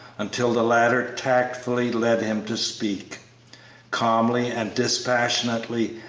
until the latter tactfully led him to speak calmly and dispassionately,